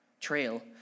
trail